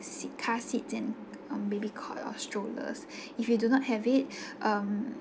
se~ car seats and um baby cot or strollers if you do not have it um